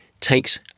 takes